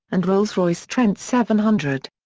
and rolls-royce trent seven hundred.